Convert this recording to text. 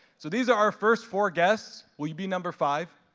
so these are our first four guests. will you be number five?